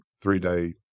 three-day